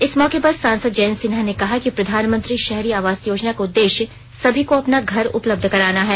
इस मौके पर सांसद जयंत सिन्हा ने कहा कि प्रधानमंत्री शहरी आवास योजना का उददेश्य सभी को अपना घर उपलब्ध कराना है